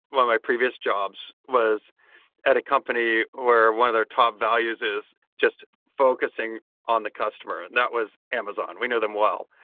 one of my previous jobs was at a company where one of their top values is just focusing on the customer, that was amazon. we know them well.